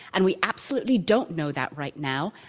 and we absolutely don't know that right now.